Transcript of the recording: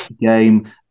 game